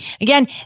Again